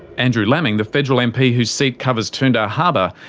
andrew laming, the federal mp whose seat covers toondah harbour,